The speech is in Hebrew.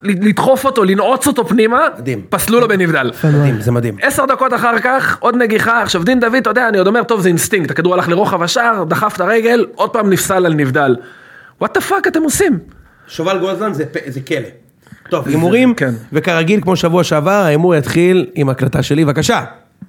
לדחוף אותו, לנעוץ אותו פנימה, מדהים, פסלו לו בנבדל. יפה מאד. מדהים, זה מדהים. עשר דקות אחר כך, עוד נגיחה, עכשיו דין דוד, אתה יודע, אני עוד אומר, טוב, זה אינסטינקט, הכדור הלך לרוחב השער, דחף את הרגל, עוד פעם נפסל על נבדל. וואט דה פאק אתם עושים? שובל גוזלן זה פ.. זה כן. טוב, הימורים, כן, וכרגיל כמו שבוע שעבר, ההימור יתחיל עם הקלטה שלי, בבקשה.